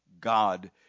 God